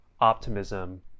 optimism